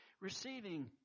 receiving